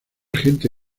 gente